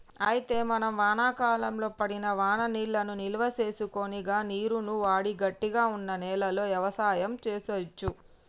అయితే మనం వానాకాలంలో పడిన వాననీళ్లను నిల్వసేసుకొని గా నీరును వాడి గట్టిగా వున్న నేలలో యవసాయం సేయచ్చు